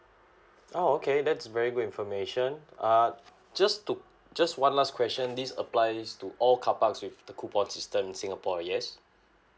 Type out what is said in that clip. oh okay that's very good information uh just to just one last question this applies to all carparks with the coupon system in singapore yes